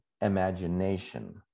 imagination